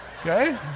Okay